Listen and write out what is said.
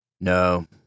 No